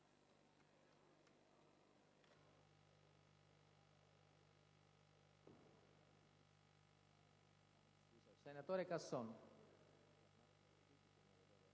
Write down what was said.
Senatore Casson,